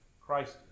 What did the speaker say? Christ